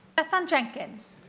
bethan jenkins